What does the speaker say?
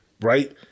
Right